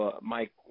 Mike